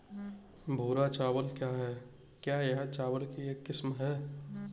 भूरा चावल क्या है? क्या यह चावल की एक किस्म है?